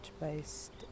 based